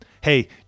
Hey